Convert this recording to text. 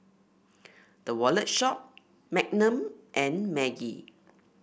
The Wallet Shop Magnum and Maggi